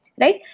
right